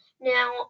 Now